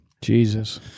Jesus